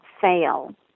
fail